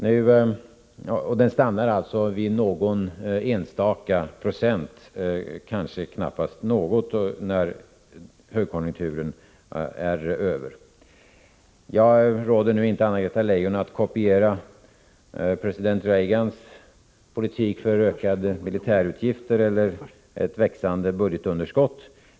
Den ökningen stannar alltså vid någon enstaka procent — kanske knappast någon — när högkonjunkturen väl är över. Jag råder inte Anna-Greta Leijon att kopiera president Reagans politik för ökade militärutgifter eller ett växande budgetunderskott.